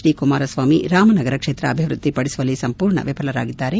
D Kumaraswamy Ramanagara ಕ್ಷೇತ್ರ ಅಭಿವೃದ್ದಿ ಪಡಿಸುವಲ್ಲಿ ಸಂಪೂರ್ಣ ವಿಫಲರಾಗಿದ್ದಾರೆ